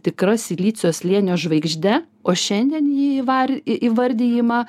tikra silicio slėnio žvaigžde o šiandien ji įvar įvardijima